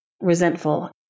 resentful